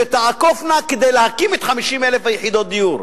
שתעקופנה כדי להקים את 50,000 יחידות הדיור?